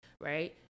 right